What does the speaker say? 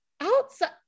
Outside